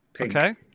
Okay